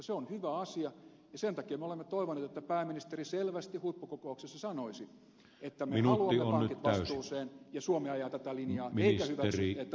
se on hyvä asia ja sen takia me olemme toivoneet että pääministeri selvästi huippukokouksessa sanoisi että me haluamme pankit vastuuseen ja suomi ajaa tätä linjaa eikä hyväksy että muiden valtioiden velat ovat puhemies antoi puheenvuoron seuraavalle puhujalle